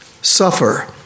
suffer